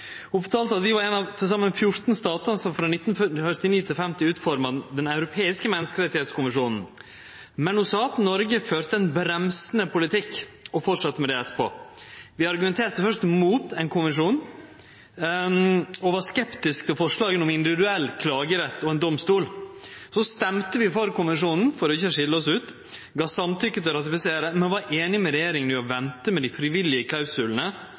ein av til saman 14 statar som frå 1949 til 1950 utforma Den europeiske menneskerettskonvensjon, men ho sa at Noreg førte ein bremsande politikk og fortsette med det etterpå. Vi argumenterte først mot ein konvensjon og var skeptiske til forslaga om individuell klagerett og ein domstol. Så stemte vi for konvensjonen for ikkje å skilje oss ut, gav samtykke til å ratifisere, men var einige med regjeringa om å vente med dei frivillige